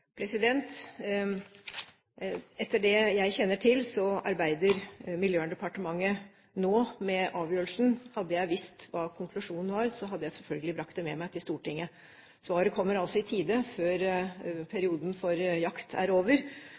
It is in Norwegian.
Etter det jeg kjenner til, arbeider Miljøverndepartementet nå med avgjørelsen. Hadde jeg visst hva konklusjonen var, hadde jeg selvfølgelig brakt det med meg til Stortinget. Svaret kommer altså i tide, før perioden for jakt er over,